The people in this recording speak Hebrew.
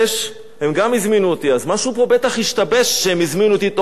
אז משהו פה בטח השתבש שהם הזמינו אותי בתוך חודש פעם נוספת לאולפן.